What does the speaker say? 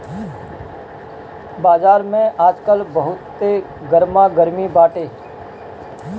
बाजार में आजकल बहुते गरमा गरमी बाटे